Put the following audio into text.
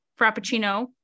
frappuccino